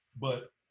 but-